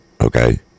Okay